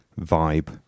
vibe